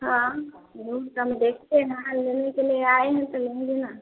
हाँ ढूँढ़कर हम देखते हैं लेने के लिए आए हैं तो लेंगे न